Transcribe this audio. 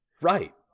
Right